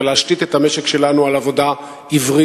ולהשתית את המשק שלנו על עבודה עברית,